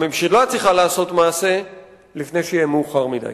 הממשלה צריכה לעשות מעשה לפני שיהיה מאוחר מדי.